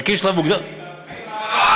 ואני אומר לך,